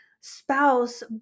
spouse